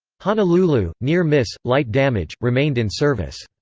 honolulu near miss, light damage remained in service.